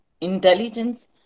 intelligence